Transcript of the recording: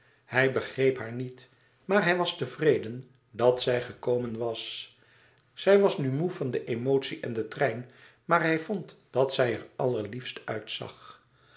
hij begreep haar niet maar hij was tevreden dat zij gekomen was zij was nu wat moê van de emotie en den trein maar hij vond dat zij er allerliefst uitzag